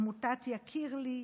עמותת "יקיר לי,